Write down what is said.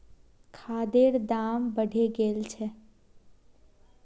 खादेर दाम बढ़े गेल छे